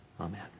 Amen